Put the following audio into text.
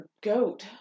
goat